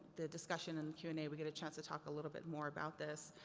the discussion and q and a we get a chance to talk a little bit more about this.